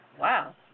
Wow